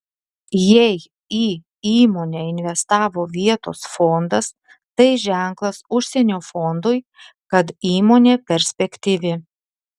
jei į įmonę investavo vietos fondas tai ženklas užsienio fondui kad įmonė perspektyvi